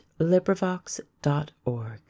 LibriVox.org